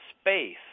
space